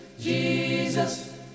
Jesus